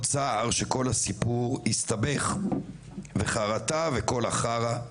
צער שכל הסיפור הסתבך / וחרטה וכל החרא,